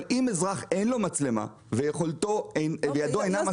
אבל אם לאזרח אין מצלמה וידו אינה משגת,